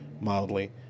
mildly